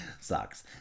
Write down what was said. sucks